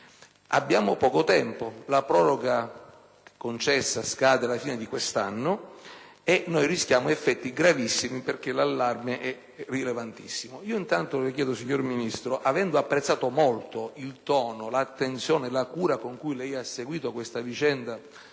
Abbiamo poco tempo: la proroga concessa scade alla fine di quest'anno e rischiamo effetti gravissimi perché l'allarme è rilevantissimo. Signor Ministro, avendo apprezzato molto il tono, l'attenzione e la cura con cui lei ha seguito questa vicenda